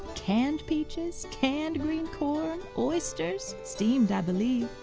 canned peaches, canned green corn, oysters, steamed i believe.